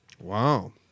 Wow